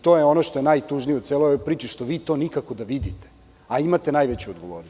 To je ono što je najtužnije u celoj ovoj priči što vi to nikako da vidite, a imate najveću odgovornost.